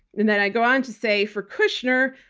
and then i go on to say, for kushner,